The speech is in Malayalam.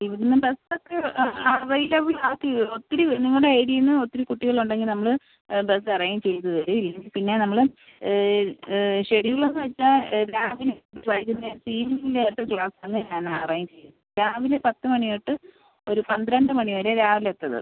ഇവിടുന്ന് ബസ് ഒക്കെ അവൈലബിൾ ആക്കി ഒത്തിരി നിങ്ങളുടെ ഏരിയേന്ന് ഒത്തിരി കുട്ടികളുണ്ടെങ്കിൽ നമ്മൾ ബസ് അറേഞ്ച് ചെയ്ത് തരും ഇല്ലെങ്കിൽ പിന്നെ നമ്മൾ ഷെഡ്യൂൾ എന്ന് വെച്ചാൽ രാവിലെ ഈവനിംഗ് നേരത്തെ ക്ലാസാണ് ഞാൻ അറേഞ്ച് ചെയ്യുക രാവിലെ പത്ത് മണി തൊട്ട് ഒരു പന്ത്രണ്ട് മണി വരെ രാവിലെത്തേത്